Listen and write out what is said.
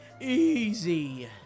Easy